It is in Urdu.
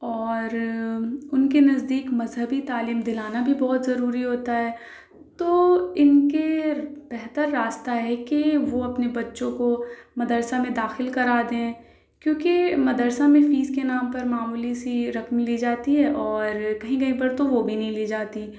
اور اُن کے نزدیک مذہبی تعلیم دلانا بھی بہت ضروری ہوتا ہے تو اِن کے بہتر راستہ ہے کہ وہ اپنے بچوں کو مدرسہ میں داخل کرا دیں کیوںکہ مدرسہ میں فیس کے نام پر معمولی سی رقم لی جاتی ہے اور کہیں کہیں پر تو وہ بھی نہیں لی جاتی